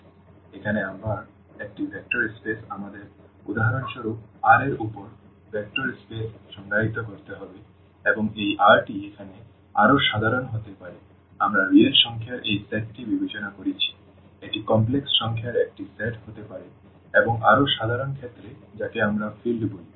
সুতরাং এখানে আবার একটি ভেক্টর স্পেস আমাদের উদাহরণস্বরূপ R এর উপর ভেক্টর স্পেস সংজ্ঞায়িত করতে হবে এবং এই R টি এখানে আরও সাধারণ হতে পারে আমরা রিয়েল সংখ্যার এই সেটটি বিবেচনা করেছি এটি কমপ্লেক্স সংখ্যার একটি সেট হতে পারে এবং আরও সাধারণ ক্ষেত্রে যাকে আমরা ফিল্ড বলি